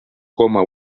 coma